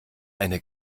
eine